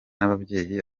n’ababyeyi